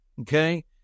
Okay